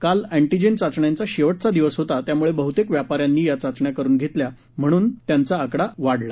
काल ऑटीजेन चाचण्यांचा शेवटचा दिवस होता त्यामुळे बहुतेक व्यापाऱ्यांनी या चाचण्या करून घेतल्यानं त्यांचा आकडा वाढला